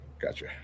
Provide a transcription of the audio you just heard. Gotcha